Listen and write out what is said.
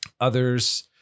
others